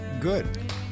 Good